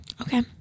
Okay